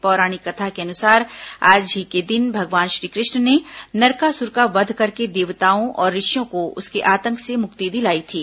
पौराणिक कथा के अनुसार आज ही के दिन भगवान श्री कृष्ण ने नरकासुर का वध करके देवताओं और ऋषियों को उसके आतंक से मुक्ति दिलाई थी